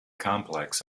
complex